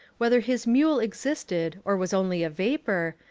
whether his mule existed or was only a vapour,